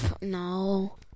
no